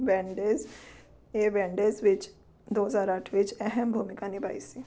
bandage ਏ bandage ਵਿੱਚ ਦੋ ਹਜ਼ਾਰ ਅੱਠ ਵਿੱਚ ਅਹਿਮ ਭੂਮਿਕਾ ਨਿਭਾਈ ਸੀ